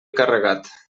carregat